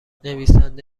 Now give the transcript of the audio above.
نویسنده